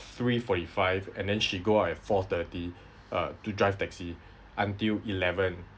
three forty-five and then she go out at four thirty or to drive taxi until eleven